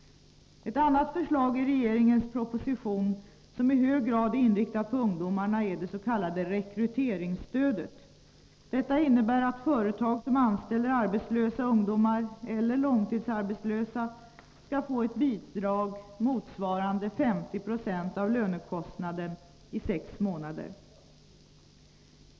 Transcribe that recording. Ett annat förslag i regeringens proposition som i hög grad är inriktat på ungdomarna är det s.k. rekryteringsstödet. Detta innebär att företag som anställer arbetslösa ungdomar eller långtidsarbetslösa skall få ett bidrag motsvarande 50 90 av lönekostnaden i sex månader.